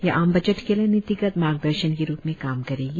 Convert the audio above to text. यह आम बजट के लिए नीतिगत मार्गदर्शन के रुप में काम करेगी